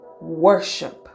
worship